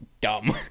dumb